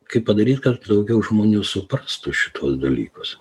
kaip padaryt kad daugiau žmonių suprastų šituos dalykus